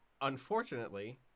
unfortunately